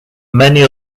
many